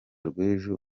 rw’ejo